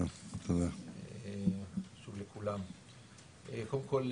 קודם כל,